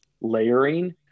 layering